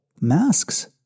masks